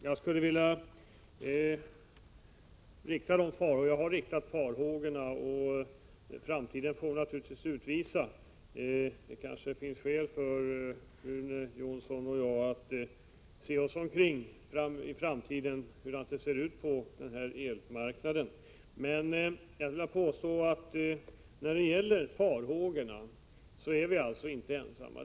Fru talman! Jag har uttryckt vissa farhågor, och framtiden får naturligtvis utvisa om de är riktiga. Det kanske finns skäl för Rune Jonsson och mig att i framtiden se oss omkring för att undersöka hur det ser ut på elmarknaden. Jag skulle emellertid vilja påstå att vi inte är ensamma när det gäller dessa farhågor.